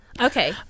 Okay